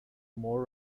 more